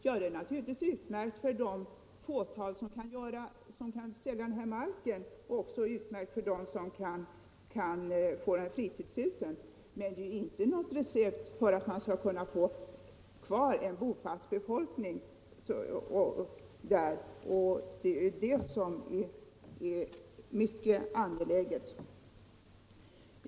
Det är naturligtvis utmärkt för det fåtal som kan sälja marken och för dem som kan få fritidshusen, men det är inte något recept på hur man behåller en bofast befolkning — och det är ju det som är mycket angeläget.